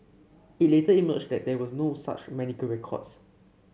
it later emerged that there were no such medical records